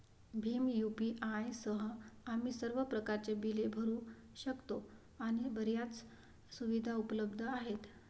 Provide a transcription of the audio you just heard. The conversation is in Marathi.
भीम यू.पी.आय सह, आम्ही सर्व प्रकारच्या बिले भरू शकतो आणि बर्याच सुविधा उपलब्ध आहेत